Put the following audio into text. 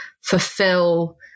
fulfill